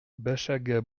bachagha